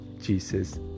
Jesus